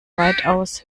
weitaus